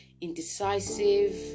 indecisive